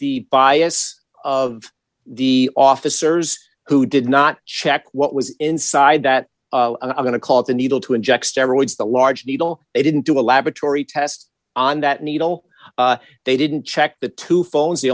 the bias of the officers who did not check what was inside that i'm going to call it the needle to inject steroids the large needle they didn't do a laboratory test on that needle they didn't check the two phones the